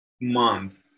month